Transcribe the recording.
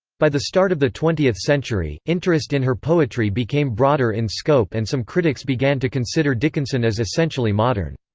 by the start of the twentieth century, interest in her poetry became broader in scope and some critics began to consider dickinson as essentially modern.